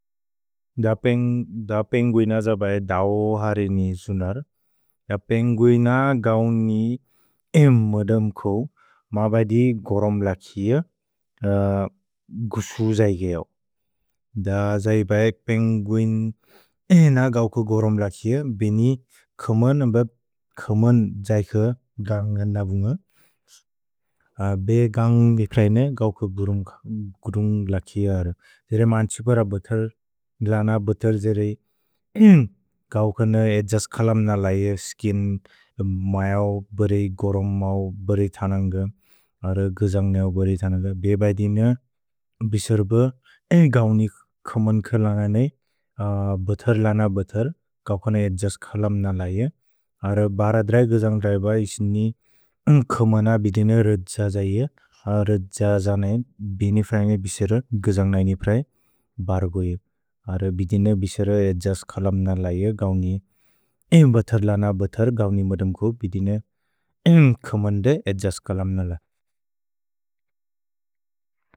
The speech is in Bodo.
द पेन्ग्विन ज बए दव् हरेनि जुनर्। द पेन्ग्विन गौनि एम् मदम् कौ मबदि गोरोम् लकिअ गुसु जैगेओ। द जै बए पेन्ग्विन एन गौकु गोरोम् लकिअ बेनि कमन् अम्ब कमन् जैक गन्ग नबुन्ग। भए गन्ग नबुन्ग एक् रहेनि गौक गुरुन्ग् लकिअ हर। देरे मन्छुप र बतल् लन बतल् जेरे कौक न एद्जस् खलम् न लैअ स्किन् मैअओ बोरे गोरोम् मओ बोरे थनन्ग। अर गजन्ग् नओ बोरे थनन्ग। भए बदिन बिसरुप एन् गौनि कमन् क लन नै बतल् लन बतल् कौक न एद्जस् खलम् न लैअ। अर बर द्रै गजन्ग् रैब इस्नि एन् कमन् न बिदिन रज्ज जैज। अर रज्ज जनएन् बेने फ्रएन्गे बिसेर गजन्ग् नैनि प्रए बर गोइ। अर बिदिन बिसेर एद्जस् खलम् न लैअ गौनि एन् बतल् लन बतल् गौनि मदम्कु बिदिन एन् कमन् न एद्जस् खलम् न लैअ।